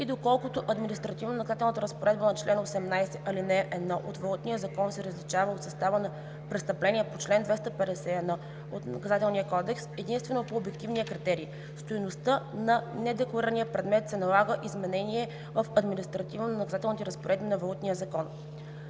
и доколкото административнонаказателната разпоредба на чл. 18, ал. 1 от Валутния закон се различава от състава на престъпление по чл. 251 от Наказателния кодекс единствено по обективния критерий – стойността на недекларирания предмет, се налага изменение в административнонаказателните разпоредби на Валутния закон.